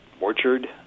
orchard